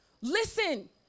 listen